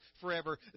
forever